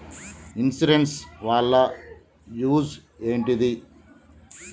Insurance వాళ్ల use ఏంటిది?